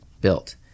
built